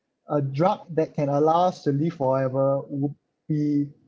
a drug that can allow us to live forever would be